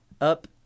up